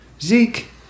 Zeke